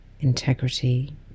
integrity